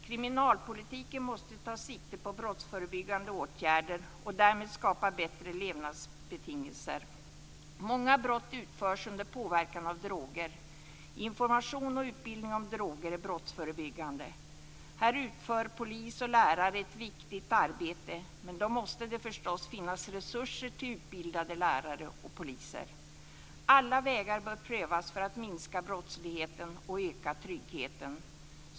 Kriminalpolitiken måste ta sikte på brottsförebyggande åtgärder och därmed skapa bättre levnadsbetingelser. Många brott utförs under påverkan av droger. Information och utbildning om droger är brottsförebyggande. Här utför polis och lärare ett viktigt arbete, men då måste det förstås finnas resurser till utbildade lärare och poliser. Alla vägar bör prövas för att minska brottsligheten och öka tryggheten.